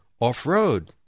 off-road